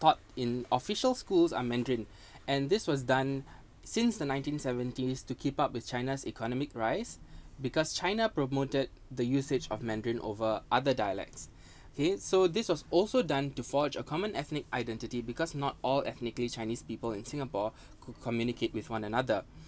taught in official schools are mandarin and this was done since the nineteen seventies to keep up with china's economic rise because china promoted the usage of mandarin over other dialects K so this was also done to forge a common ethnic identity because not all ethnically chinese people in singapore could communicate with one another